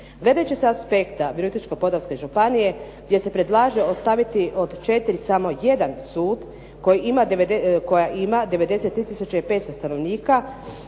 Gledajući sa aspekta Virovitičko-podravske županije gdje se predlaže ostaviti od 4 samo 1 sud koja ima 93 500 stanovnika,